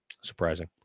Surprising